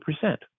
percent